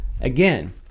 Again